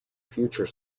future